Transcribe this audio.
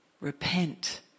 Repent